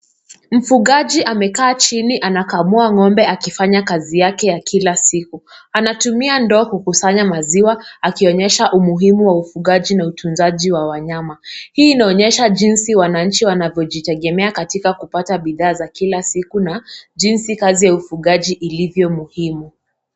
Mfungaji amekaa chini anakamua ng'ombe akifanya kazi yake ya kila siku, anatumia ndoo kukusanya maziwa akionyesha umuhimu wa ufungaji na utunzaji wa wanyama, hii inaonyesha jinsi wananchi wanavyojitegemea katika kupata bidhaa za kila siku na jinsi kazi ya ufungaji ilivyo muhimu.